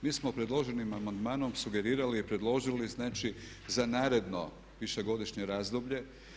Mi smo predloženim amandmanom sugerirali i predložili znači za naredno višegodišnje razdoblje.